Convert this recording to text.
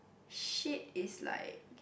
shit is like